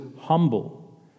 humble